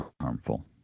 harmful